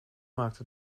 maakte